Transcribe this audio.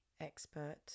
expert